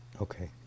Okay